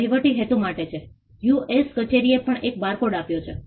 અહીં વિદ્યાર્થીઓ દ્વારા કરાયેલા કેટલાક સ્કેચ છે